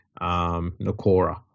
Nakora